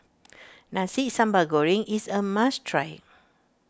Nasi Sambal Goreng is a must try